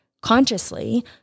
consciously